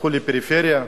תלכו לפריפריה?